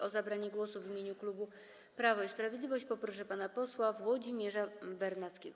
O zabranie głosu w imieniu klubu Prawo i Sprawiedliwość poproszę pana posła Włodzimierza Bernackiego.